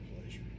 pleasure